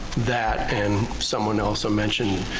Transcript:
that and someone also mentioned,